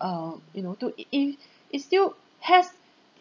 err you know to i~ it still has